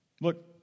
Look